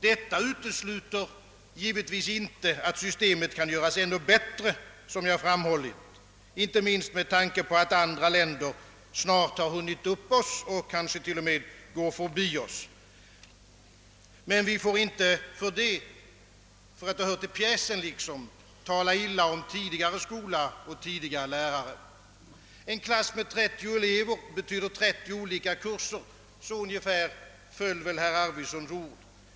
Detta utesluter givetvis inte, att systemet kan göras ännu bättre, som jag förut framhållit, inte minst med tanke på att andra länder snart har hunnit upp oss och kanske t.o.m. går förbi oss. Men vi får inte av den anledningen, för att det liksom hör till pjäsen, tala illa om tidigare skola och tidigare lärare. En klass med 30 elever betyder 30 olika kurser; så ungefär föll väl herr Arvidsons ord.